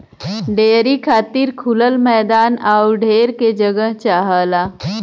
dairy खातिर खुलल मैदान आउर ढेर के जगह चाहला